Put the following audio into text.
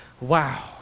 Wow